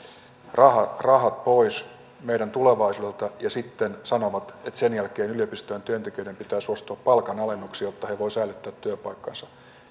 rahat pois meidän tulevaisuudelta ja sitten he sanovat että sen jälkeen yliopistojen työntekijöiden pitää suostua palkanalennuksiin jotta he voivat säilyttää työpaikkansa